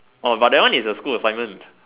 orh but that one is a school assignment